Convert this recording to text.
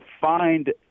find